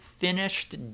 finished